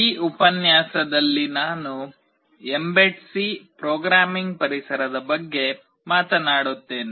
ಈ ಉಪನ್ಯಾಸದಲ್ಲಿ ನಾನು mbed C ಪ್ರೊಗ್ರಾಮಿಂಗ್ ಪರಿಸರದ ಬಗ್ಗೆ ಮಾತನಾಡುತ್ತೇನೆ